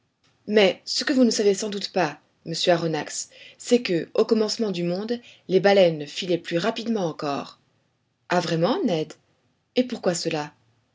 mais ce que vous ne savez sans doute pas monsieur aronnax c'est que au commencement du monde les baleines filaient plus rapidement encore ah vraiment ned et pourquoi cela